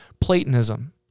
Platonism